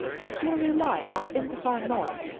and here we lie up in the far north,